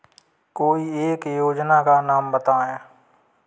कोई एक योजना का नाम बताएँ?